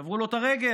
שברו לו את הרגל,